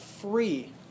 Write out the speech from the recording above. free